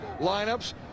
lineups